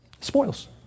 Spoils